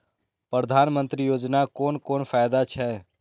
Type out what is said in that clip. प्रधानमंत्री योजना कोन कोन फायदा छै?